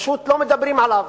פשוט לא מדברים עליו.